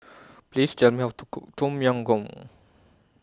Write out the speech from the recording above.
Please Tell Me How to Cook Tom Yam Goong